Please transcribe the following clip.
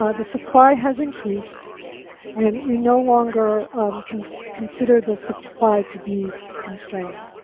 ah the supply has increased and we no longer consider consider the supply to be constrained.